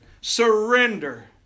Surrender